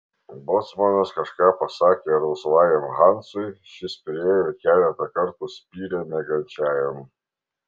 bocmanas kažką pasakė rausvajam hansui šis priėjo ir keletą kartų spyrė miegančiajam